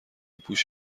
پوش